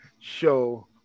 show